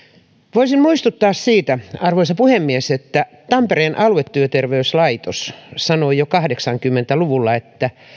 voisin muistuttaa siitä arvoisa puhemies että tampereen aluetyöterveyslaitos sanoi jo kahdeksankymmentä luvulla että